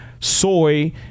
soy